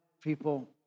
people